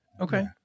Okay